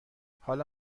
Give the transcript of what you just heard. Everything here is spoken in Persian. حالا